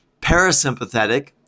parasympathetic